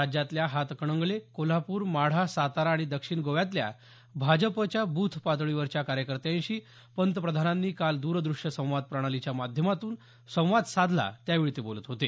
राज्यातल्या हातकणंगले कोल्हापूर माढा सातारा आणि दक्षिण गोव्यातल्या भाजपच्या ब्रथ पातळीवरच्या कार्यकर्त्यांशी पंतप्रधानांनी काल दरदृश्य संवाद प्रणालीच्या माध्यमातून संवाद साधला त्यावेळी ते बोलत होते